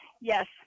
Yes